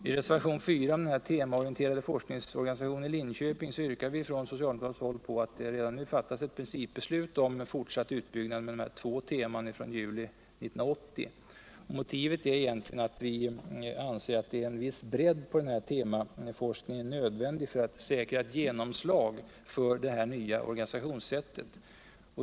I reservationen 4 om temaorienterad forskningsorganisation i Linköping yrkar vi från socialdemokratiski håll aut det redan nu fattas ett principbeslut om fortsatt utbyggnad med två teman från den 1 juli 1980. Motivet är att vi anser en viss bredd på temaforskningen nödvändig för att säkra ett genomslag för detta nya organisationssätt.